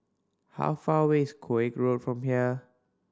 how far away is Koek Road from here